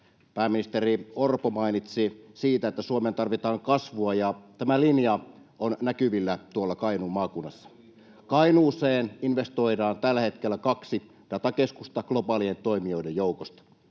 Pääministeri Orpo mainitsi siitä, että Suomeen tarvitaan kasvua, ja tämä linja on näkyvillä tuolla Kainuun maakunnassa. [Hannu Hoskosen välihuuto] Kainuuseen investoidaan tällä hetkellä kaksi datakeskusta globaalien toimijoiden joukosta.